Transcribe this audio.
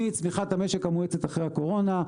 מצמיחת המשק המואצת אחרי הקורונה,